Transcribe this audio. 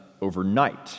overnight